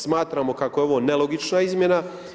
Smatramo kako je ovo nelogična izmjena.